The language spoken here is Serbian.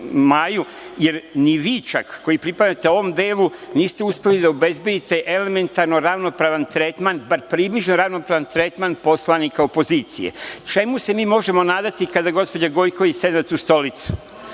jer ni vi čak koji pripadate ovom devu, niste uspeli da obezbedite elementarno ravnopravan tretman, bar približno ravnopravan tretman poslanika opozicije. Čemu se mi možemo nadati kada gospođa Gojković sedne u tu stolicu?